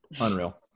Unreal